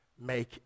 make